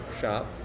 shop